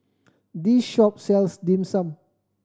this shop sells Dim Sum